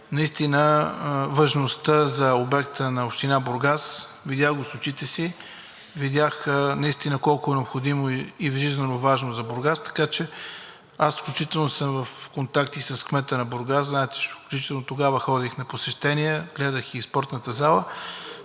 наистина важността за обекта на община Бургас. Видях го с очите си. Видях наистина колко е необходимо и жизненоважно за Бургас, така че включително съм в контакти с кмета на Бургас. Знаете, че лично тогава ходих на посещение, гледах и спортната зала.